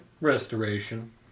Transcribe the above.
restoration